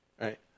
Right